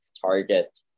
target